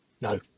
No